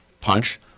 punch